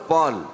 Paul